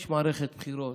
יש מערכת בחירות,